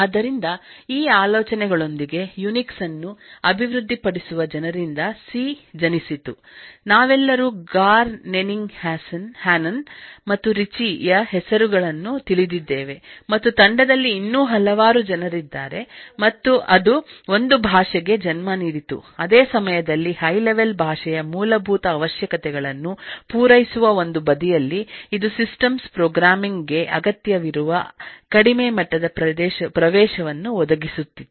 ಆದ್ದರಿಂದ ಈ ಆಲೋಚನೆಗಳೊಂದಿಗೆ ಯುನಿಕ್ಸ್ ಅನ್ನು ಅಭಿವೃದ್ಧಿಪಡಿಸುವ ಜನರಿಂದ ಸಿ ಜನಿಸಿತು ನಾವೆಲ್ಲರೂ ಗಾರ್ ನೆನಿಂಗ್ ಹ್ಯಾನನ್ ಮತ್ತು ರಿಚಿ ಯ ಹೆಸರುಗಳನ್ನು ತಿಳಿದಿದ್ದೇವೆ ಮತ್ತು ತಂಡದಲ್ಲಿ ಇನ್ನೂ ಹಲವಾರು ಜನರಿದ್ದಾರೆಮತ್ತು ಅದು ಒಂದು ಭಾಷೆಗೆ ಜನ್ಮ ನೀಡಿತು ಅದೇ ಸಮಯದಲ್ಲಿ ಹೈ ಲೆವೆಲ್ ಭಾಷೆಯ ಮೂಲಭೂತ ಅವಶ್ಯಕತೆಗಳನ್ನು ಪೂರೈಸುವ ಒಂದು ಬದಿಯಲ್ಲಿ ಇದುಸಿಸ್ಟಮ್ಸ್ ಪ್ರೋಗ್ರಾಮಿಂಗ್ ಗೆ ಅಗತ್ಯವಿರುವ ಕಡಿಮೆ ಮಟ್ಟದ ಪ್ರವೇಶವನ್ನುಒದಗಿಸುತ್ತಿತ್ತು